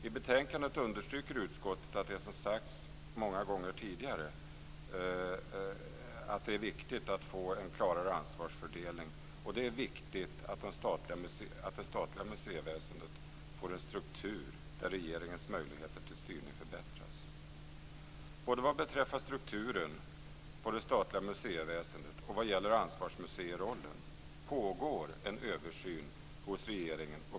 I betänkandet understryker utskottet det som sagts många gånger tidigare, nämligen att det är viktigt både att få en klarare ansvarsfördelning och att det statliga museiväsendet får en struktur där regeringens möjligheter till styrning förbättras. Både vad beträffar strukturen på det statliga museiväsendet och vad gäller ansvarsmuseirollen pågår en översyn hos regeringen.